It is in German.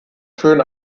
schön